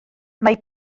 mae